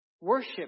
Worship